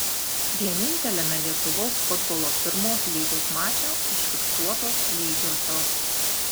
vieninteliame lietuvos futbolo pirmos lygos mače užfiksuotos lygiosios